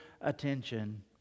attention